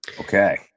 Okay